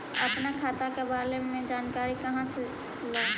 अपन खाता के बारे मे जानकारी कहा से ल?